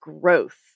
growth